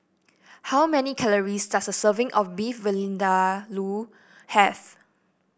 how many calories does a serving of Beef have